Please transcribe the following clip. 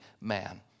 man